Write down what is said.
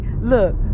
Look